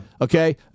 Okay